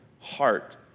heart